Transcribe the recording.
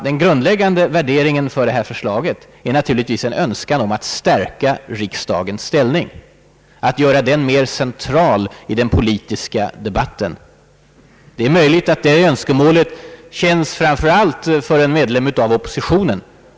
Den grundläggande värderingen bakom vårt förslag är naturligtvis en önskan att stärka riksdagens ställning och att göra den mer central i den politiska debatten. Det är möjligt att framför allt en medlem av oppositionen känner det här önskemålet särskilt starkt.